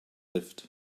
lived